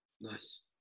nice